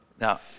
Now